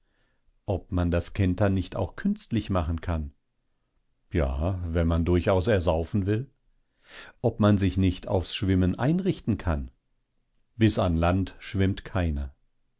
ob man das kentern nicht auch künstlich machen kann ja wenn man durchaus ersaufen will ob man sich nicht aufs schwimmen einrichten kann bis an land schwimmt keiner